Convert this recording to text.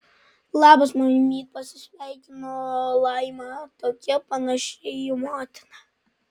labas mamyt pasisveikino laima tokia panaši į motiną